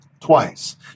Twice